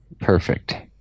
perfect